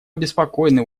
обеспокоены